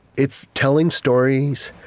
it's telling stories,